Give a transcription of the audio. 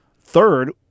Third